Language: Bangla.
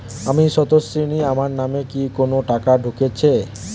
আমি স্রোতস্বিনী, আমার নামে কি কোনো টাকা ঢুকেছে?